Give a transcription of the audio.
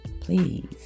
Please